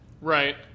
Right